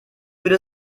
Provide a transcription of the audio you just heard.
würde